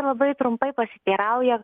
labai trumpai pasiteirauja